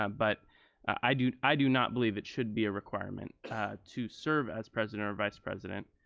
um but i do i do not believe it should be a requirement to serve as president or vice president.